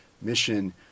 mission